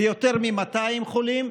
ביותר מ-200 חולים,